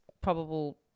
probable